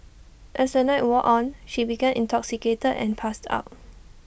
as the night wore on she became intoxicated and passed out